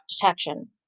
detection